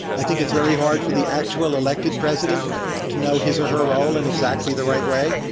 i think it's very hard for the actual elected president to know his or her role in exactly the right way,